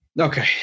Okay